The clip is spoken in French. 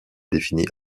définit